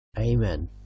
Amen